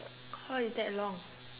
how is that long